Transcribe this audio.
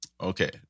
Okay